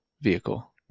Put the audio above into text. vehicle